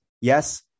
Yes